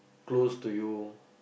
close to you